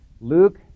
Luke